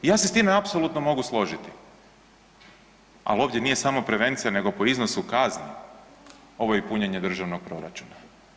Ja se s time apsolutno mogu složiti, al ovdje nije samo prevencija nego po iznosu kazni ovo je i punjenje državnog proračuna.